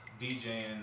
DJing